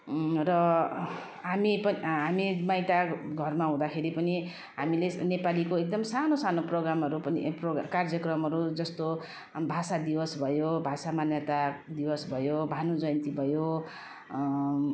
र हामी प हामी माइत घरमा हुँदाखेरि पनि हामीले नेपालीको एकदम सानो सानो प्रोग्रामहरू पनि ए कार्यक्रमहरू जस्तो भाषा दिवस भाषा मान्यता दिवस भयो भानु जयन्ती भयो